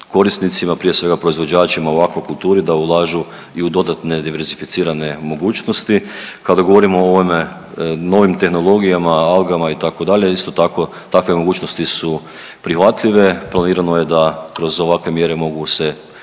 korisnicima, prije svega proizvođačima u akvakulturi da ulažu i u dodatne diversificirane mogućnosti. Kada govorimo o ovim novim tehnologijama, algama itd. isto tako takve mogućnosti su prihvatljive. Planirano je da kroz ovakve mjere mogu se